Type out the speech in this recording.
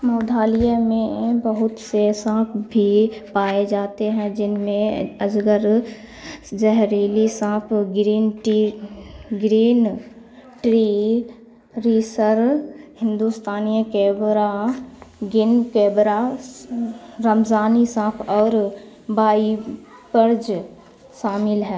مودھالیہ میں بہت سے سانپ بھی پائے جاتے ہیں جن میں اجگر زہریلے سانپ green tea green tree racer ہندوستانی کیبرا گنگ کیبرا رمضانی سانپ اور بائپرج شامل ہے